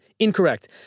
Incorrect